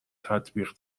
تطبیق